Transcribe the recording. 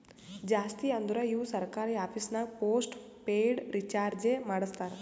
ಜಾಸ್ತಿ ಅಂದುರ್ ಇವು ಸರ್ಕಾರಿ ಆಫೀಸ್ನಾಗ್ ಪೋಸ್ಟ್ ಪೇಯ್ಡ್ ರೀಚಾರ್ಜೆ ಮಾಡಸ್ತಾರ